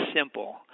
simple